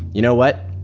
you know what?